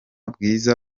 bwiza